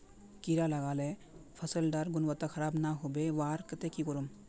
कीड़ा लगाले फसल डार गुणवत्ता खराब ना होबे वहार केते की करूम?